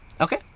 Okay